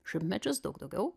šimtmečius daug daugiau